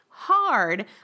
hard